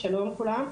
שלום לכולם.